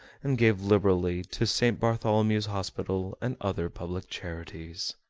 and gave liberally to st. bartholomew's hospital and other public charities.